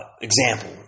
Example